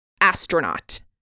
astronaut